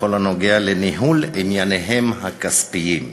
בכל הקשור לניהול ענייניהם הכספיים.